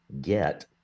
get